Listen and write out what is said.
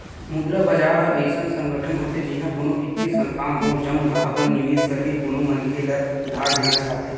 मुद्रा बजार ह अइसन संगठन होथे जिहाँ कोनो बित्तीय संस्थान हो, जउन ह अपन निवेस करके कोनो मनखे ल उधार देना चाहथे